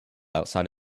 outside